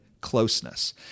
closeness